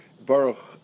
Baruch